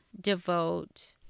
devote